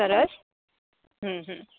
સરસ હ હ